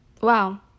wow